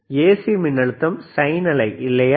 AC மின்னழுத்தம் sine அலை இல்லையா